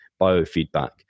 biofeedback